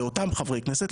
לאותם חברי כנסת,